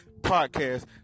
podcast